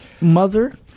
mother